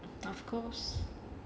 of course